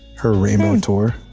her rainbow tour.